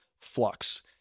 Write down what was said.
flux